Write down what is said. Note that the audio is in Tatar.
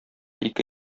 ике